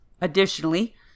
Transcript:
Additionally